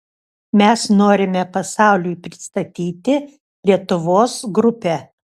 mes norime pasauliui pristatyti lietuvos grupę